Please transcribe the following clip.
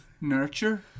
nurture